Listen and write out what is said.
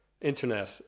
Internet